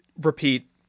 repeat